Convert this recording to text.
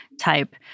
type